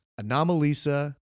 Anomalisa